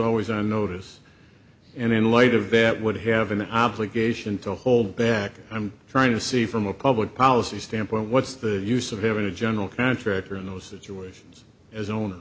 always on notice and in light of that would have an obligation to hold back i'm trying to see from a public policy standpoint what's the use of a very general contractor in those situations as own